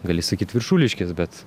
gali sakyt viršuliškės bet